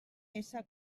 essa